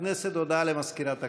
הודעה למזכירת הכנסת.